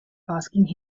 asking